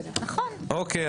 אוקיי.